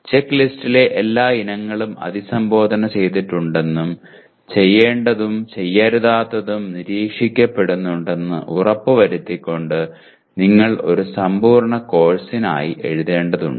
ചെക്ക്ലിസ്റ്റിലെ എല്ലാ ഇനങ്ങളും അഭിസംബോധന ചെയ്തിട്ടുണ്ടെന്നും ചെയ്യേണ്ടതും ചെയ്യരുതാത്തതും നിരീക്ഷിക്കപ്പെടുന്നുണ്ടെന്ന് ഉറപ്പുവരുത്തിക്കൊണ്ട് നിങ്ങൾ ഇപ്പോൾ ഒരു സമ്പൂർണ്ണ കോഴ്സിനായി എഴുതേണ്ടതുണ്ട്